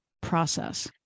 process